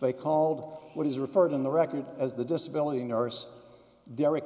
they called what is referred in the record as the disability nurse derek